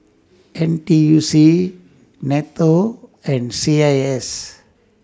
N T U C NATO and C I S